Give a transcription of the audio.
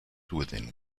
within